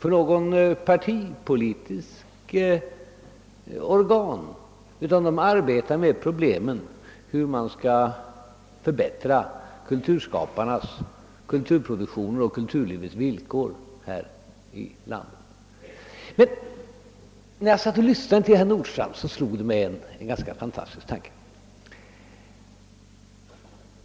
som något partipolitiskt organ när det undersöker hur man skall förbättra kulturskapandets och kulturlivets villkor här i landet. När jag lyssnade till herr Nordstrandh slog mig-en fantastisk tanke.